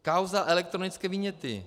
Kauza elektronické viněty.